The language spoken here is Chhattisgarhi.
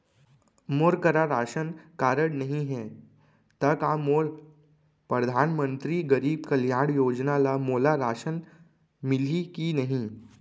मोर करा राशन कारड नहीं है त का मोल परधानमंतरी गरीब कल्याण योजना ल मोला राशन मिलही कि नहीं?